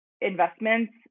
investments